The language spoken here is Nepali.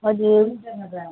हजुर